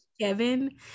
Kevin